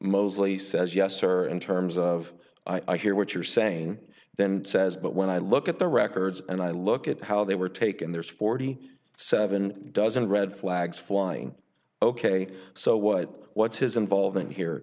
mosley says yes or in terms of i hear what you're saying then says but when i look at the records and i look at how they were taken there's forty seven dozen red flags flying ok so what what's his involvement here